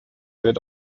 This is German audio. wird